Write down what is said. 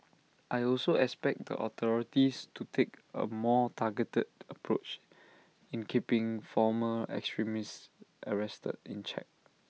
I also expect the authorities to take A more targeted approach in keeping former extremists arrested in check